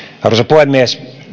puhemies